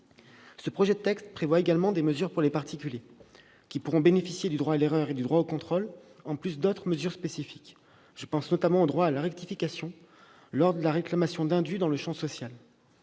Ce projet de texte prévoit également des mesures pour les particuliers, qui pourront bénéficier du droit à l'erreur et du droit au contrôle en plus d'autres mesures spécifiques ; je pense, notamment, au droit à la rectification lors de la réclamation d'indus dans le champ social.